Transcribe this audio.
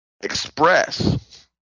Express